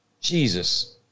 Jesus